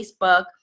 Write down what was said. Facebook